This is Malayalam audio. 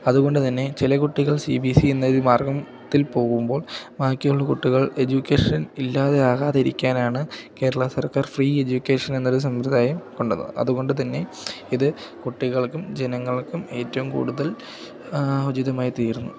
അതുകൊണ്ട് തന്നെ ചില കുട്ടികൾ സീ ബീ സി എന്നൊരു മാർഗ്ഗത്തിൽ പോകുമ്പോൾ ബാക്കിയുള്ള കുട്ടികൾ എജ്യൂക്കേഷൻ ഇല്ലാതെ ആകാതിരിക്കാനാണ് കേരള സർക്കാർ ഫ്രീ എജ്യൂക്കേഷൻ എന്നൊരു സമ്പ്രദായം കൊണ്ട് വന്നത് അതുകൊണ്ട് തന്നെ ഇത് കുട്ടികൾക്കും ജനങ്ങൾക്കും ഏറ്റോം കൂടുതൽ ഉചിതമായി തീർന്നു